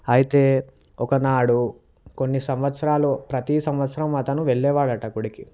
అయితే ఒక నాడు కొన్ని సంవత్సరాలు ప్రతి సంవత్సరం అతను వెళ్ళేవాడట ఆ గుడికి